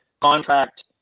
contract